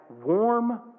warm